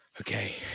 Okay